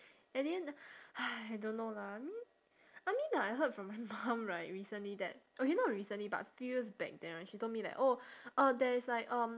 at the end !hais! don't know lah I mean I mean I heard from my mum right recently that okay not recently but few years back then right she told me that oh uh there is like um